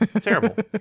Terrible